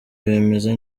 bameze